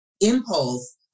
impulse